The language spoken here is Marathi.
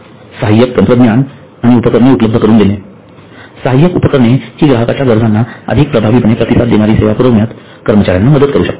सहाय्यक तंत्रज्ञान आणि उपकरणे उपलब्ध करून देणे सहाय्यक उपकरणे हि ग्राहकांच्या गरजांना अधिक प्रभावीपणे प्रतिसाद देणारी सेवा पुरवण्यात कर्मचार्यांना मदत करू शकतात